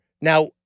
Now